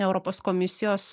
europos komisijos